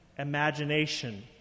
imagination